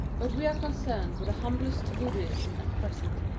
but we are concerned with the humblest voodooism at present.